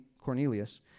Cornelius